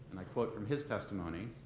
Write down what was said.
and i quote from his testimony,